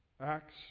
Acts